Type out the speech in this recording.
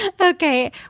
Okay